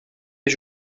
est